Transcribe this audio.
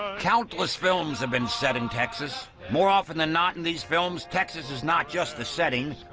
countless films have been set in texas. more often than not in these films, texas is not just the setting,